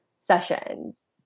sessions